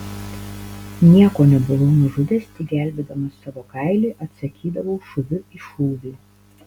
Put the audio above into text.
nieko nebuvau nužudęs tik gelbėdamas savo kailį atsakydavau šūviu į šūvį